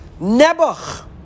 Nebuch